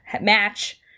match